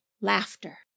Laughter